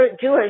Jewish